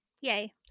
yay